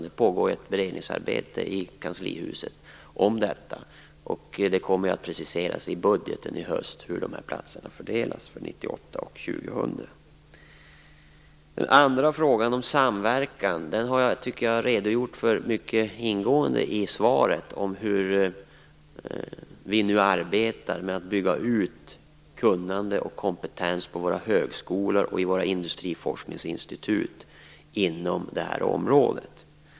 Det pågår beredningsarbete i kanslihuset om detta, och det kommer att preciseras i budgeten i höst hur de här platserna fördelas för 1998 och Den andra frågan gällde samverkan. Jag tycker att jag i svaret har redogjort mycket ingående för hur vi nu arbetar med att bygga ut kunnande och kompetens på våra högskolor och i våra industriforskningsinstitut inom det här området.